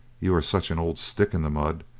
you are such an old stick-in-the-mud.